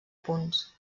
punts